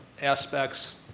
aspects